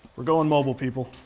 we're goin' mobile, people.